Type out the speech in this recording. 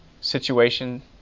situation